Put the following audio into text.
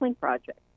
project